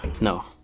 No